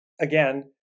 again